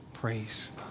praise